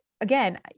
again